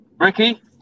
Ricky